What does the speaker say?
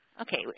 Okay